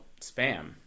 spam